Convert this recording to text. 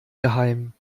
geheim